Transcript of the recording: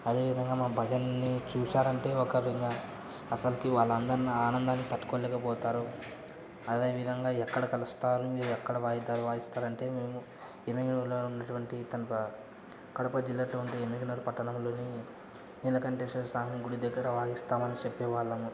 అదేవిధంగా మా భజనని చూసారు అంటే ఒకరిగా అసలుకి వాళ్ళ అందరినీ ఆనందాన్ని తట్టుకోలేకపోతారు అదేవిధంగా ఎక్కడ కలుస్తారు మీరు ఎక్కడ వాయిద్యాలు వాయిస్తారు అంటే మేము ఎమ్మిగనూరులో ఉన్నటువంటి తన కడప జిల్లా అటువంటి ఎమ్మిగనూరు పట్టణంలోని నీలకంఠేశ్వర స్వామి గుడి దగ్గర వాయిస్తామని చెప్పేవాళ్ళము